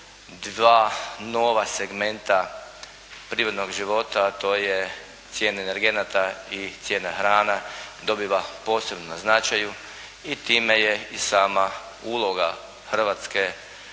dva nova segmenta privrednog života a to je cijena energenata i cijena hrana dobiva poseban značaj i time je i sama uloga Hrvatske